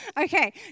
Okay